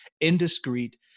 indiscreet